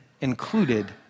included